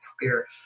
beer